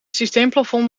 systeemplafond